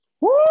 Woo